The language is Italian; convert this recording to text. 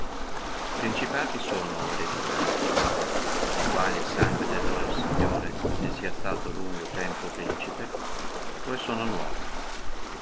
principati sono o ereditarii de quali el sangue del loro signore ne sia suto lungo tempo principe o e sono nuovi